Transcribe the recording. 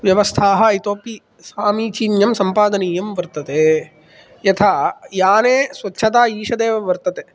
व्यवस्थाः इतोऽपि सामीचीन्यं सम्पादनीयं वर्तते यथा याने स्वच्छता ईषदेव वर्तते